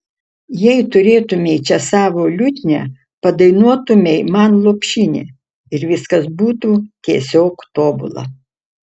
jei turėtumei čia savo liutnią padainuotumei man lopšinę ir viskas būtų tiesiog tobula